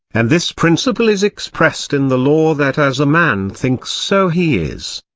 and this principle is expressed in the law that as a man thinks so he is.